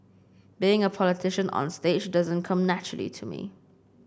being a politician onstage doesn't come naturally to me